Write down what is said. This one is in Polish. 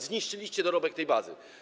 Zniszczyliście dorobek tej bazy.